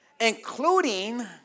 including